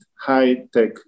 high-tech